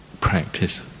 practice